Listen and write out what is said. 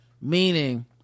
Meaning